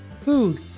food